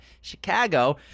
Chicago